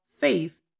faith